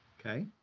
okay.